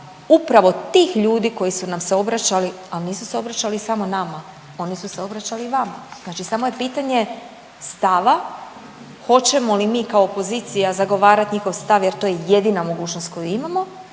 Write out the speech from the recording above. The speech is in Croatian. upravo tih ljudi koji su nam se obraćali. Ali nisu se obraćali samo nama, oni su se obraćali i vama. Znači samo je pitanje stava hoćemo li mi kao opozicija zagovarat njihov stav jer to je jedina mogućnost koju imamo,